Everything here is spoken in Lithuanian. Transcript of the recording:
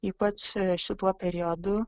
ypač šituo periodu